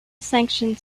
sanctioned